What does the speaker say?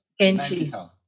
Kenchi